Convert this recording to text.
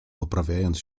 poprawiając